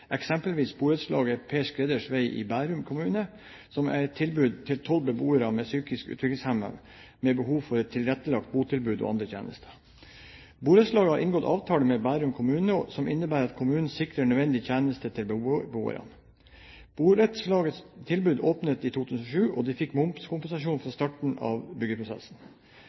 eksempelvis borettslaget Per Skredders vei i Bærum kommune, som er et tilbud til tolv psykisk utviklingshemmede beboere med behov for et tilrettelagt botilbud og andre tjenester. Borettslaget har inngått en avtale med Bærum kommune som innebærer at kommunen sikrer nødvendige tjenester til beboerne. Borettslagets tilbud åpnet i 2007, og de fikk momskompensasjon fra starten av byggeprosessen.